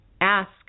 ask